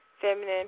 feminine